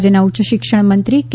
રાજયના ઉચ્યશિક્ષણ મંત્રી કે